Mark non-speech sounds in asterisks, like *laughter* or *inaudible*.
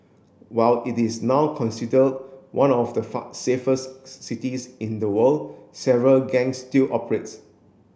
while it is now consider one of the *unintelligible* safest cities in the world several gangs still operates